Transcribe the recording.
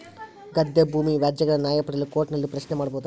ಗದ್ದೆ ಭೂಮಿ ವ್ಯಾಜ್ಯಗಳ ನ್ಯಾಯ ಪಡೆಯಲು ಕೋರ್ಟ್ ನಲ್ಲಿ ಪ್ರಶ್ನೆ ಮಾಡಬಹುದಾ?